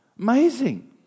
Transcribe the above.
amazing